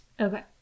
Okay